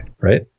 right